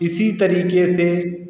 इसी तरीके से